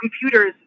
computers